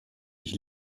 ich